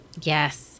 Yes